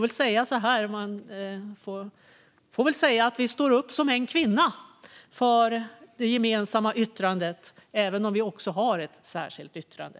Vi får väl säga att vi står upp som en kvinna för det gemensamma yttrandet, även om vi också har ett särskilt yttrande.